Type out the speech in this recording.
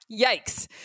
yikes